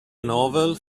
novel